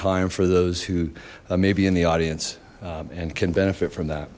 time for those who may be in the audience and can benefit from that